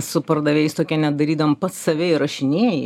su pardavėjais tokį net darydavom pats save įrašinėji